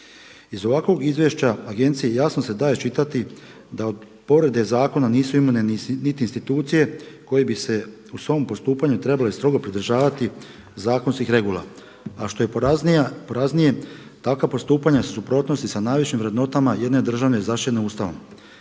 Iz ovakvog izvješća agencije jasno se da iščitati da povrede zakona nisu imune niti institucije koje bi se u svom postupanju trebale strogo pridržavati zakonskih regula, a što je poraznije takva postupanja su u suprotnosti sa najvišim vrednotama jedne države zaštićene Ustavom.